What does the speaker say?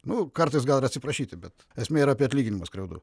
nu kartais gal ir atsiprašyti bet esmė yra apie atlyginimą skriaudų